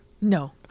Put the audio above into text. No